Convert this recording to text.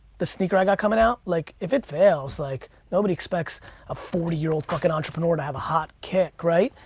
the sneaker i got coming out, like if it fails, like nobody expects a forty year old fucking entrepreneur to have a hot kick, right?